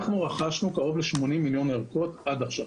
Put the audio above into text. אנחנו רכשנו קרוב ל-80 מיליון ערכות עד עכשיו.